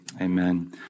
Amen